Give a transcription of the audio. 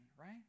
right